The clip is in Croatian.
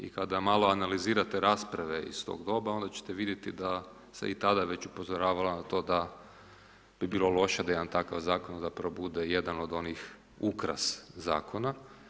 I kada malo analizirate rasprave iz tog doba onda ćete vidjeti da se i tada već upozoravalo na to da bi bilo loše da jedan takav zakon zapravo bude i jedan od onih ukras zakona.